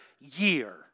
year